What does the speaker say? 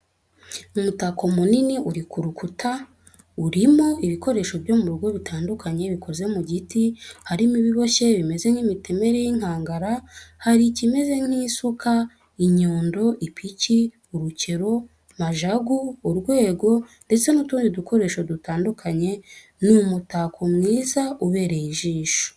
Umutako munini uri ku rukuta urimo ibikoresho byo mu rugo bitandukanye bikoze mu giti, harimo ibiboshye bimeze nk'imitemeri y'inkangara, hari ikimeze nk'isuka, inyundo, ipiki, urukero, majagu, urwego, ndetse n'utundi dukoresho dutandukanye, ni umutako mwiza ubereye ijisho.